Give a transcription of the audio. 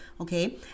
okay